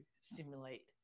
simulate